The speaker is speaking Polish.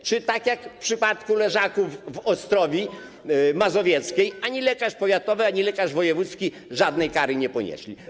Czy tak jak w przypadku leżaków w Ostrowi Mazowieckiej ani lekarz powiatowy, ani lekarz wojewódzki żadnej kary nie ponieśli?